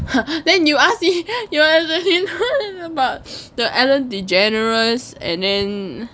!huh! then you ask you ask about the ellen degeneres and then